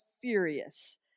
furious